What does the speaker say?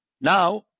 Now